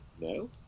No